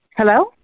Hello